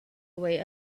way